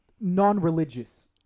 non-religious